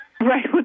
Right